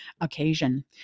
occasion